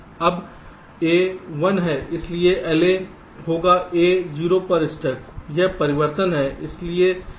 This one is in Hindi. अब A 1 है इसलिए LA होगा A 0 पर स्टक यह परिवर्तन है इसलिए पुरानी लिस्ट हटा दिया है